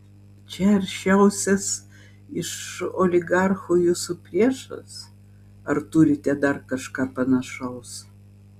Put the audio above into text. čia aršiausias iš oligarchų jūsų priešas ar turite dar kažką panašaus